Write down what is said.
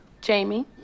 Jamie